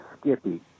Skippy